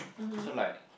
so like